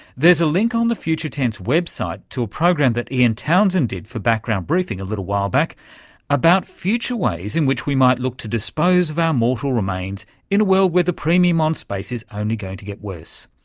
there's a link on the future tense website to a program that ian townsend did for background briefing a little while back about future ways in which we might look to dispose of our mortal remains in a world where the premium on space is only going to get worse.